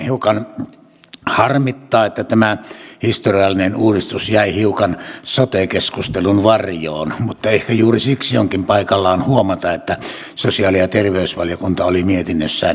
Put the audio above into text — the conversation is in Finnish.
hiukan harmittaa että tämä historiallinen uudistus jäi hiukan sote keskustelun varjoon mutta ehkä juuri siksi onkin paikallaan huomata että sosiaali ja terveysvaliokunta oli mietinnössään yksimielinen